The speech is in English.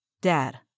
Dad